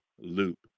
loop